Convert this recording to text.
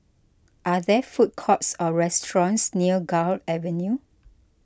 are there food courts or restaurants near Gul Avenue